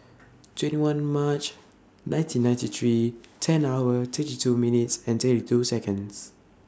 twenty one March nineteen ninety three ten hours thirty two minutes and thirty two Seconds